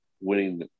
winning